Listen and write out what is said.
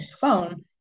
phone